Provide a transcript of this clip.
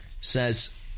says